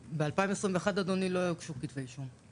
ב-2021, אדוני, לא הוגשו כתבי אישום.